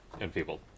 enfeebled